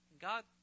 God